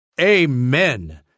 Amen